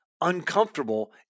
uncomfortable